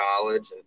college